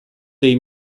dei